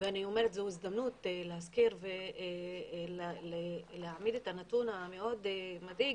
ואני אומרת שזוהי הזדמנות להעמיד את הנתון המאוד מדאיג